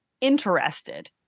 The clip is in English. interested